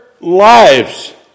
lives